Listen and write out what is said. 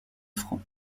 francs